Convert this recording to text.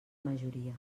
majoria